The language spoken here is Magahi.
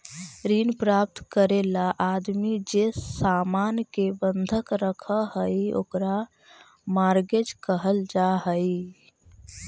ऋण प्राप्त करे ला आदमी जे सामान के बंधक रखऽ हई ओकरा मॉर्गेज कहल जा हई